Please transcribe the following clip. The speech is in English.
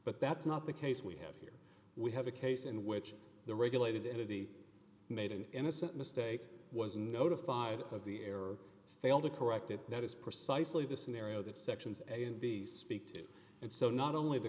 but that's not the case we have here we have a case in which the regulated entity made an innocent mistake was notified of the error or fail to correct it that is precisely the scenario that sections a and b speak to and so not only the